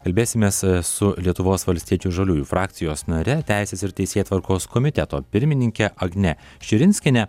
kalbėsimės su lietuvos valstiečių ir žaliųjų frakcijos nare teisės ir teisėtvarkos komiteto pirmininke agne širinskiene